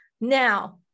Now